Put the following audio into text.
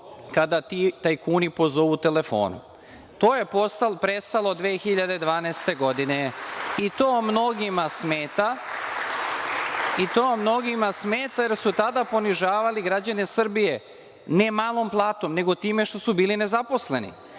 kada ti tajkini pozovu telefonom. To je prestalo od 2012. godine. I to mnogima smeta, jer su tada ponižavali građane Srbije, ne malom platom, nego time što su bili nezaposleni.